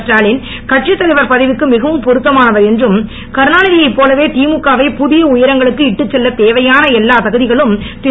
ஸ்டாலின் கட்சித்தலைவர் பதவிக்கு மிகவும் பொருத்தமானவர் என்றும் கருணாநிதி யைப் போலவே திழுக வை புதிய உயரங்களுக்கு இட்டுச் செல்ல தேவையான எல்லா தகுதிகளும் திரு